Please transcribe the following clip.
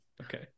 okay